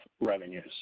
revenues